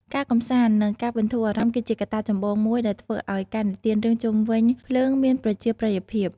ការកម្សាន្ត និងការបន្ធូរអារម្មណ៍ គឺជាកត្តាចម្បងមួយដែលធ្វើឱ្យការនិទានរឿងជុំវិញភ្លើងមានប្រជាប្រិយភាព។